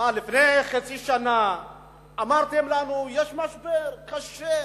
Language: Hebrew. לפני חצי שנה אמרתם לנו שיש משבר קשה.